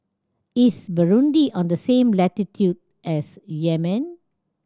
is Burundi on the same latitude as Yemen